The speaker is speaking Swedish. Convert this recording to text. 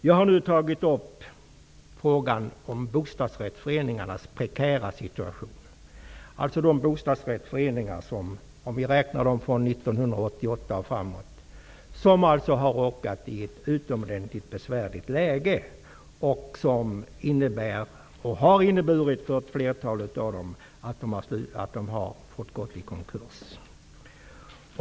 Jag har nu tagit upp frågan om bostadsrättsföreningarnas prekära situation. Det gäller de bostadsrättsföreningar som sedan 1988 och framåt råkat i ett utomordentligt besvärligt läge som innebär, och har inneburit för flertalet av dem, att de har fått gå i konkurs.